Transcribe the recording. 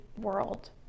world